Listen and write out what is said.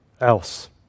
else